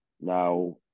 Now